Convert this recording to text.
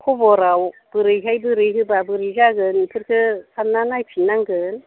खबराव बोरैहाय बोरै होबा बोरै जागोन बेफोरखौ सान्ना नायफिननांगोन